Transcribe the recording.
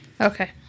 Okay